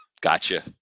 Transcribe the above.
Gotcha